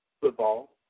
football